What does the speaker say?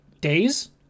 days